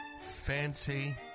fancy